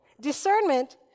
Discernment